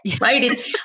right